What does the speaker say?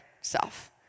self